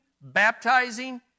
baptizing